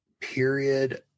period